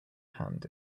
hand